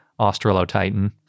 Australotitan